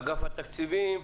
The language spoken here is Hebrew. אגף תקציבים.